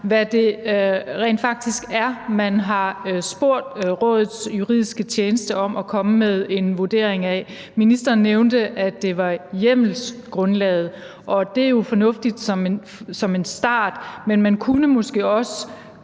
hvad det rent faktisk er, man har spurgt Rådets juridiske tjeneste om at komme med en vurdering af. Ministeren nævnte, at det var hjemmelsgrundlaget. Det er jo fornuftigt som en start, men man kunne måske også